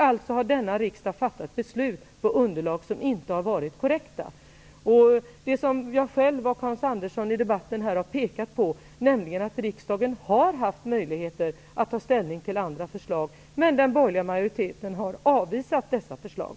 Alltså har denna riksdag fattat beslut på underlag som inte har varit korrekta. Hans Andersson och jag själv har i debatten pekat på att riksdagen har haft möjligheter att ta ställning till andra förslag, men den borgerliga majoriten har avvisat dessa förslag.